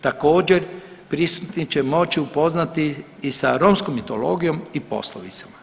Također prisutni će moći upoznati i sa romskom mitologijom i poslovicama.